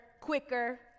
quicker